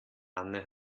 anne